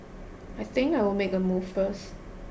I think I'll make a move first